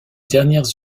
dernières